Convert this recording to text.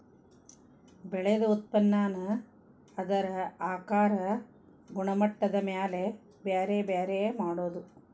ಬೆಳದ ಉತ್ಪನ್ನಾನ ಅದರ ಆಕಾರಾ ಗುಣಮಟ್ಟದ ಮ್ಯಾಲ ಬ್ಯಾರೆ ಬ್ಯಾರೆ ಮಾಡುದು